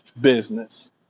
business